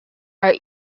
are